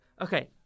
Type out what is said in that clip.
okay